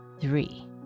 three